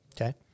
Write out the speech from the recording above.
Okay